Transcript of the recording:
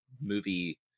movie